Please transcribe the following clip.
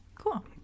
cool